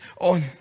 on